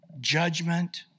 judgment